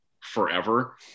forever